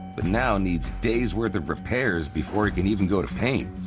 but now needs days' worth of repairs before it can even go to paint.